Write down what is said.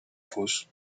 fosse